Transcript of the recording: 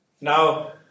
Now